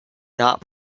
not